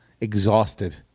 Exhausted